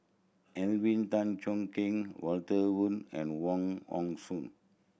Alvin Tan Cheong Kheng Walter Woon and Wong Hong Suen